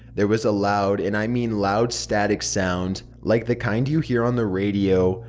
there was a loud and i mean loud static sound, like the kind you hear on the radio.